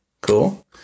cool